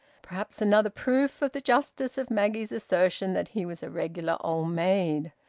perhaps another proof of the justice of maggie's assertion that he was a regular old maid!